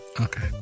Okay